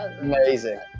Amazing